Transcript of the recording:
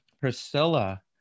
priscilla